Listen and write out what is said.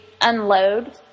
unload